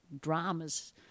dramas